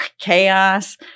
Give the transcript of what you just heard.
chaos